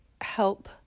help